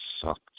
sucked